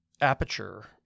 aperture